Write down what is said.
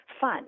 fun